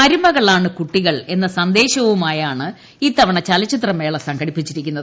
അരുമക ളാണ് കൂട്ടികൾ എന്ന സന്ദേശവുമായാണ് ഇത്തവണ ചലച്ചിത്രമേള സംഘടിപ്പി ച്ചിരിക്കുന്നത്